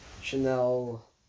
Chanel